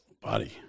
Body